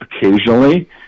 Occasionally